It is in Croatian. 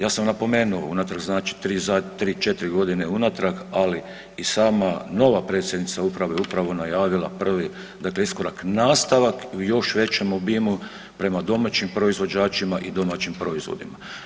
Ja sam napomenuo, unatrag znači 3-4.g. unatrag, ali i sama nova predsjednica uprave upravo je najavila prvi, dakle iskorak, nastavak u još većem obimu prema domaćim proizvođačima i domaćim proizvodima.